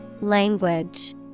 Language